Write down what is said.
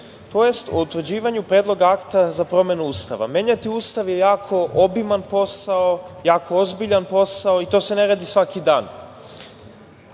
tj. o utvrđivanju predloga Akta za promenu Ustava. Menjati Ustav je jako obiman posao, jako ozbiljan posao i to se ne radi svaki dan.